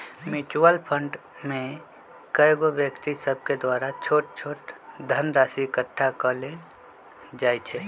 mutual fund में कएगो व्यक्ति सभके द्वारा छोट छोट धनराशि एकठ्ठा क लेल जाइ छइ